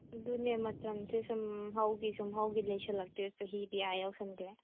ꯑꯗꯨꯅꯦ ꯃꯇꯝꯁꯦ ꯁꯨꯝ ꯍꯧꯈꯤ ꯁꯨꯝ ꯍꯧꯈꯤ ꯂꯩꯁꯜꯂꯛꯇ꯭ꯔꯦ ꯆꯍꯤꯗꯤ ꯑꯥ ꯌꯧꯁꯤꯟꯈ꯭ꯔꯦ